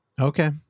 Okay